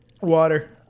Water